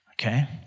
Okay